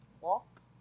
walk